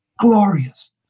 Glorious